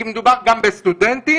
כי מדובר גם בסטודנטים,